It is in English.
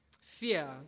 fear